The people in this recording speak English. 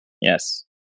Yes